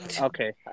Okay